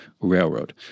Railroad